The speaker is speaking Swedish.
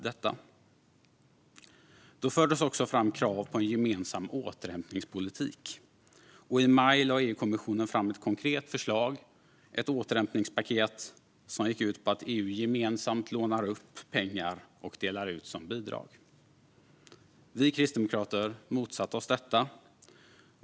Då fördes det fram krav på en gemensam återhämtningspolitik, och i maj lade EU-kommissionen fram ett konkret förslag om ett återhämtningspaket som gick ut på att EU gemensamt skulle låna upp pengar och dela ut dem som bidrag. Vi kristdemokrater motsatte oss detta.